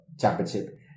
championship